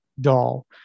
doll